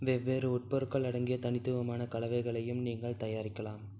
வெவ்வேறு உட்பொருள்கள் அடங்கிய தனித்துவமான கலவைகளையும் நீங்கள் தயாரிக்கலாம்